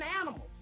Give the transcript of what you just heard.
animals